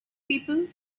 people